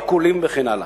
עיקולים," וכן הלאה.